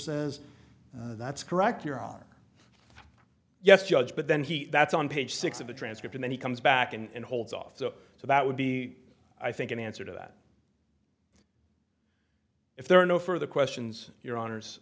says that's correct your honor yes judge but then he that's on page six of the transcript and he comes back and holds off so so that would be i think an answer to that if there are no further questions your honour's